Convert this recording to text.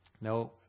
No